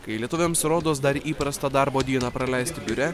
kai lietuviams rodos dar įprasta darbo dieną praleisti biure